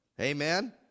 Amen